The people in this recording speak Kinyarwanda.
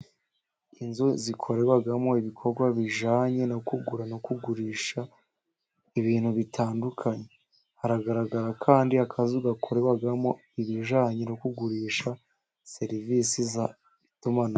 Inzu zikoremo ibikorwa bijyanye no kugura no kugurisha ibintu bitandukanye, haragaragara kandi akazu gakorerwamo ibijyanye no kugurisha serivisi z'itumanaho.